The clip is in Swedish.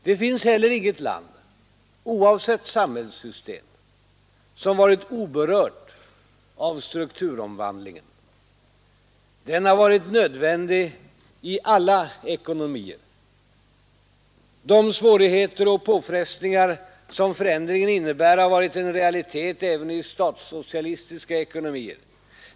Det finns heller inget land — oavsett samhällssystem — som varit oberört av strukturomvandlingen. Den har varit nödvändig i alla ekonomier. De svårigheter och påfrestningar som förändringen innebär har varit en realitet även i statssocialistiska ekonomier.